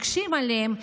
אנחנו מקשים עליהם.